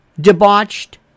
debauched